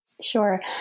Sure